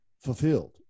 fulfilled